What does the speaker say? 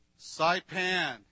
Saipan